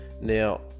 now